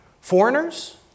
Foreigners